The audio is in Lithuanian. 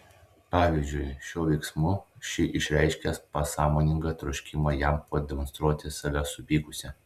pavyzdžiui šiuo veiksmu ši išreiškė pasąmoningą troškimą jam pademonstruoti save supykusią